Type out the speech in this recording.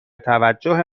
توجه